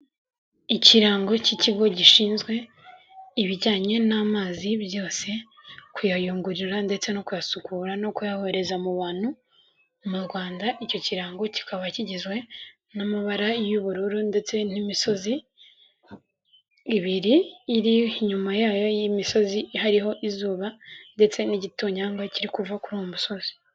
Ikirango cy'ikigo gishinzwe ibijyanye n'amazi byose kuyayungurura ndetse no kuyasukura no kuyohereza mu bantu, muu Rwanda icyo kirango kikaba kigizwe n'amabara y'ubururu ndetse n'imisozi ibiri iri inyuma yayo y'imisozi hariho izuba ndetse n'igitonyanga kiri kuva kuri uwo musozi.